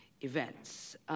events